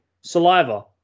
Saliva